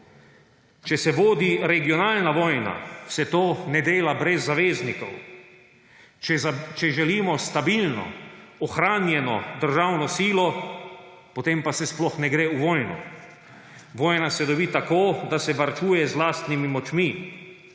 Če se vodi regionalna vojna, se to ne dela brez zaveznikov, če želimo stabilno ohranjeno državno silo, potem pa se sploh ne gre v vojno. Vojna se dobi tako, da se varčuje z lastnimi močmi.